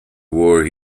war